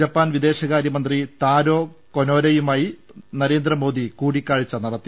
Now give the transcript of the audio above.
Japan വിദേശകാര്യ മന്ത്രി താരോ കൊനോയുമായി നരേന്ദ്രമോദി കൂടിക്കാഴ്ച നടത്തി